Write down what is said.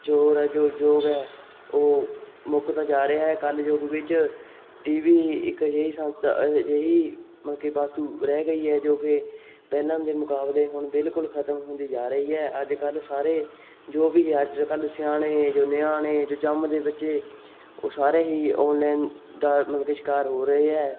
ਜ਼ੋਰ ਹੈ ਜੋ ਯੋਗ ਹੈ ਉਹ ਮੁੱਕਦਾ ਜਾ ਰਿਹਾ ਹੈ ਕਲਯੁੱਗ ਵਿੱਚ ਟੀ ਵੀ ਇੱਕ ਅਜਿਹੀ ਸੰਸਥਾ ਅਜਿਹੀ ਮਤਲਬ ਕਿ ਵਸਤੂ ਰਹਿ ਗਈ ਹੈ ਜੋ ਕਿ ਪਹਿਲਾਂ ਦੇ ਮੁਕਾਬਲੇ ਹੁਣ ਬਿਲਕੁਲ ਖਤਮ ਹੁੰਦੀ ਜਾ ਰਹੀ ਹੈ ਅੱਜ ਕੱਲ੍ਹ ਸਾਰੇ ਜੋ ਵੀ ਅੱਜ ਕੱਲ੍ਹ ਸਿਆਣੇ ਜੋ ਨਿਆਣੇ ਜੋ ਜੰਮਦੇ ਬੱਚੇ ਉਹ ਸਾਰੇ ਹੀ ਔਨਲਾਈਨ ਦਾ ਮਤਲਬ ਕਿ ਸ਼ਿਕਾਰ ਹੋ ਰਹੇ ਹੈ